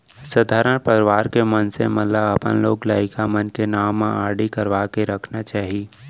सधारन परवार के मनसे मन ल अपन लोग लइका मन के नांव म आरडी करवा के रखना चाही